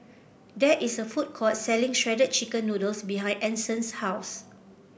there is a food court selling Shredded Chicken Noodles behind Anson's house